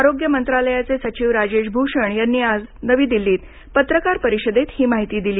आरोग्य मंत्रालयाचे सचिव राजेश भूषण यांनी आज नवी दिल्लीत पत्रकार परिषदेत ही माहिती दिली